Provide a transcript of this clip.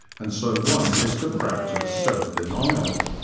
and so one has to practise self-denial.